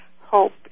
hope